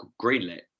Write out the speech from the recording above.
greenlit